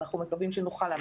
ואנחנו מקווים שנוכל להמשיך.